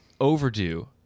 Overdue